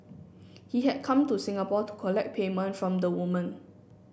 he had come to Singapore to collect payment from the woman